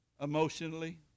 emotionally